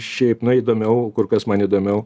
šiaip na įdomiau kur kas man įdomiau